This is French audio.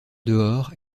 dehors